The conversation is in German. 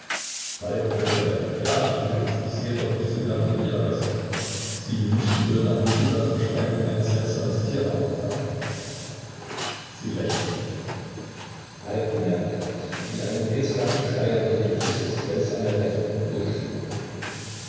falk wurde lebendig ja ich bin es ich sehe doch nicht so merkwürdig aus sie mußten wohl nach mikitas beschreibung ein seltsames tier erwartet haben sie lächelte falk bemerkte etwas wie einen rätselhaften schleier durch den dies seltsame lächeln durchschimmerte